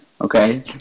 Okay